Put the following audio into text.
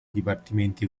dipartimenti